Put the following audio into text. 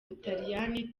butaliyani